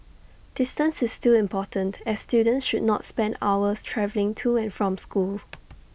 distance is still important as students should not spend hours travelling to and from school